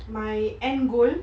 my end goal